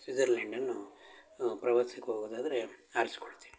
ಸ್ವಿಝರ್ಲ್ಯಾಂಡನ್ನು ಪ್ರವಾಸಕ್ಕೆ ಹೋಗೋದಾದ್ರೆ ಆರಿಸ್ಕೊಳ್ತಿನಿ